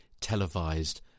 televised